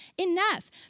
enough